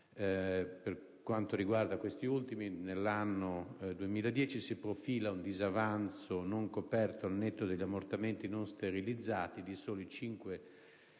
Per quanto riguarda questi ultimi, per l'anno 2010 si profila un disavanzo non coperto al netto degli ammortamenti non sterilizzati di soli 5 milioni